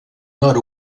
nord